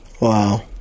wow